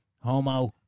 Homo